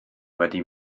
wedi